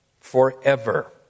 Forever